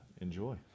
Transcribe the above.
enjoy